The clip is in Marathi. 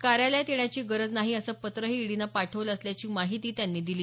कार्यालयात येण्याची गरज नाही असं पत्रही ईडीनं पाठवलं असल्याची माहिती त्यांनी दिली